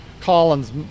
Collins